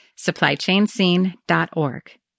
SupplyChainScene.org